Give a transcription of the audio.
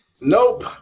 Nope